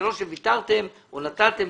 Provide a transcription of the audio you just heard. זה לא שויתרתם או נתתם.